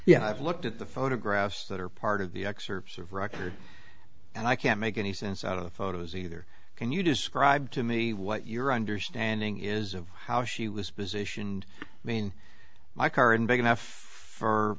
yeah i've looked at the photographs that are part of the excerpts of record and i can't make any sense out of the photos either can you describe to me what you're under standing is of how she was positioned i mean by car and big enough for